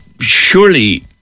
surely